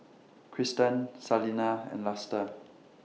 Kristen Salena and Luster